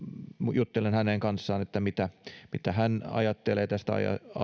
juttelen hänen kanssaan siitä mitä hän ajattelee tästä